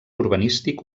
urbanístic